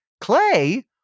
clay